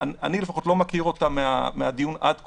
שאני לפחות לא מכיר אותה מהדיון עד כה.